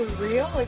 real?